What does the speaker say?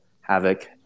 havoc